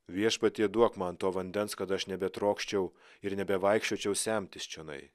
viešpatie duok man to vandens kad aš nebetrokščiau ir nebevaikščiočiau semtis čionai